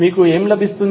మీకు ఏమి లభిస్తుంది